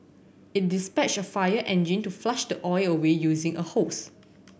it dispatched a fire engine to flush the oil away using a hose